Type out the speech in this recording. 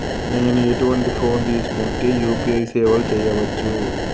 నేను ఎటువంటి ఫోన్ తీసుకుంటే యూ.పీ.ఐ సేవలు చేయవచ్చు?